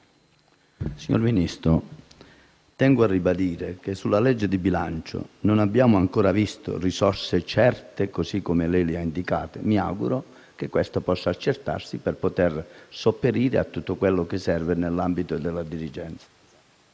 Signor Ministro, tengo a ribadire che sulla legge di bilancio non abbiamo ancora visto risorse certe, così come lei le ha indicate. Mi auguro che questo possa avverarsi, per poter sopperire a tutto quello che serve nell'ambito della dirigenza.